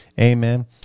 Amen